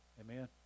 Amen